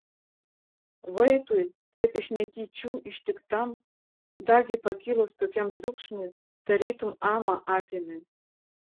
vaitui taip iš netyčių ištiktam dagi pakilus tokiam triukšmui tarytum amą atėmė